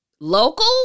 local